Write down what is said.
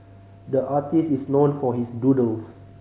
the artist is known for his doodles